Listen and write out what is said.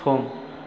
सम